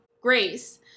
grace